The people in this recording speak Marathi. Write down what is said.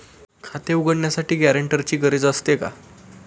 खाते उघडण्यासाठी गॅरेंटरची गरज असते का?